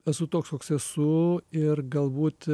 esu toks koks esu ir galbūt